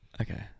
Okay